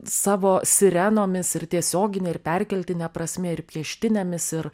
savo sirenomis ir tiesiogine ir perkeltine prasme ir pieštinėmis ir